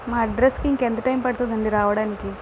మా అడ్రస్కి ఇంకా ఎంత టైం పడతుంది అండి రావడానికి